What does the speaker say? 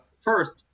First